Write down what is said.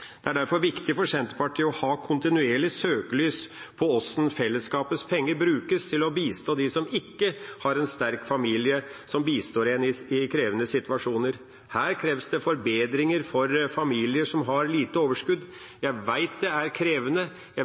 Det er derfor viktig for Senterpartiet å ha kontinuerlig søkelys på hvordan fellesskapets penger brukes til å bistå dem som ikke har en sterk familie som bistår en i krevende situasjoner. Her kreves det forbedringer for familier som har lite overskudd. Jeg vet det er krevende, jeg